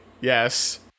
Yes